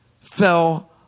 fell